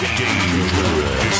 dangerous